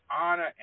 honor